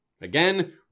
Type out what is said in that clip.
Again